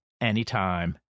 anytime